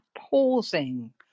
pausing